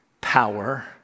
power